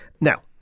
Now